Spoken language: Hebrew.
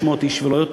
600 איש ולא יותר.